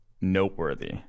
noteworthy